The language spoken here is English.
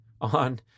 on